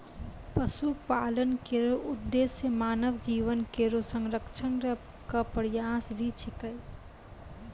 पशुपालन केरो उद्देश्य मानव जीवन केरो संरक्षण क प्रयास भी छिकै